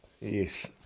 yes